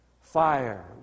fire